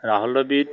Rahul Dravid